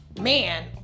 man